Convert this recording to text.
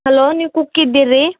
hello ನೀವು cook ಇದ್ದಿರಾ ರೀ